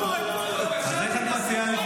אם אתה רוצה להגיד יושב-ראש הישיבה,